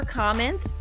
comments